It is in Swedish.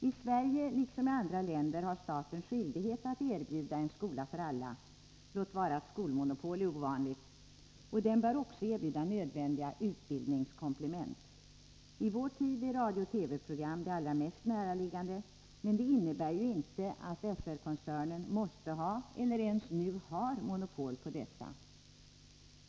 I Sverige liksom i andra länder har staten skyldighet att erbjuda en skola för alla — låt vara att skolmonopol är ovanligt — och den bör också erbjuda nödvändiga utbildningskomplement. I vår tid är radiooch TV-program det allra mest näraliggande, men det innebär ju inte att SR-koncernen måste ha eller ens har monopol på dessa.